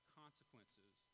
consequences